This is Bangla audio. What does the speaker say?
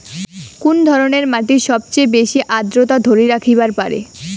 কুন ধরনের মাটি সবচেয়ে বেশি আর্দ্রতা ধরি রাখিবার পারে?